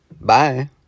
Bye